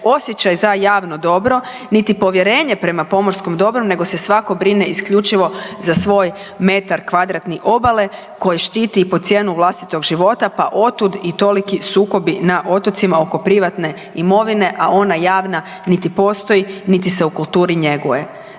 osjećaj za javno dobro, niti povjerenje prema pomorskom dobru nego se svako brine isključivo za svoj metar kvadratni obale koji štiti i pod cijenu vlastitog života, pa otud i toliki sukobi na otocima oko privatne imovine, a ona javna niti postoji, niti se u kulturi njeguje.